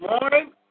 morning